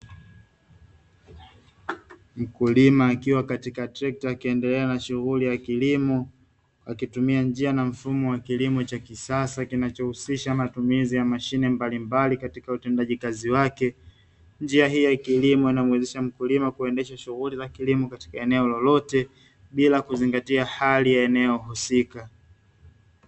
Mkulima akiwa katika trekta akiendelea na shughuli ya kilimo akitumia njia na mfumo wa kilimo cha kisasa kinachohusisha matumizi ya mashine mbalimbali katika utendaji kazi wake. Njia hii ya kilimo inamuwezesha mkulima kuendesha shughuli za kilimo katika eneo lolote, bila kuzingatia hali ya eneo husika.